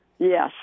Yes